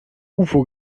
ufo